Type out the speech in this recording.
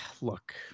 look